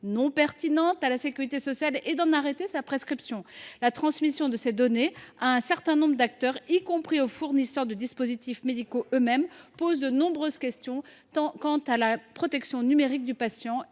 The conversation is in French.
non pertinente à la sécurité sociale et d’arrêter la prescription du dispositif concerné. La transmission de ces données à un certain nombre d’acteurs, y compris aux fournisseurs de dispositifs médicaux, pose de nombreuses questions quant à la protection numérique du patient